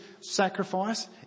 sacrifice